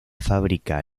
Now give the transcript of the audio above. fábrica